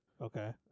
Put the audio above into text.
Okay